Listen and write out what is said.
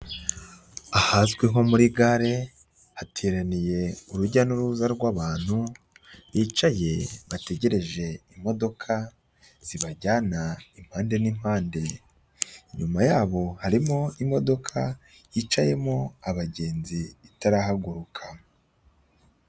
Ahazwi nko muri gare, hateraniye urujya n'uruza rw'abantu bicaye, bategereje imodoka zibajyana impande n'impande. Inyuma yabo hari imodoka yicayemo abagenzi ariko itarahaguruka.